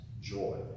joy